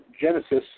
Genesis